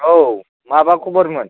औ माबा खबरमोन